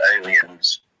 aliens